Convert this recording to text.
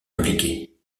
impliqués